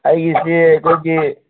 ꯑꯩꯁꯦ ꯑꯩꯈꯣꯏꯒꯤ